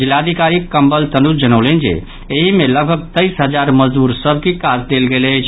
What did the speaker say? जिलाधिकारी कवल तनुज जनौलनि जे एहि मे लगभग तेईस हजार मजदूर सभ के काज देल गेल अछि